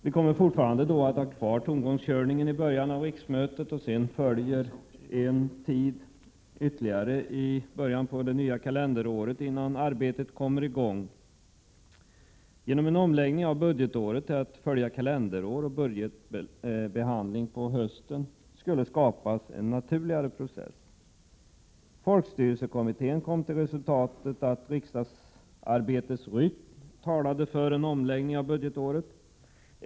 Vi kommer då fortfarande att ha kvar ”tomgångskörningen” i början av riksmötet, och därefter följer ytterligare en tid i början av det nya kalenderåret innan arbetet kommer i gång. Genom en omläggning av budgetåret till att följa kalenderåret och med budgetbehandling på hösten skulle det skapas en naturligare process. Folkstyrelsekommittén kom till resultatet att riksdagsarbetets rytm talade för en omläggning av budgetåret.